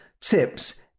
tips